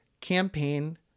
campaign